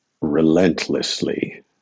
relentlessly